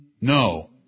No